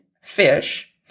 fish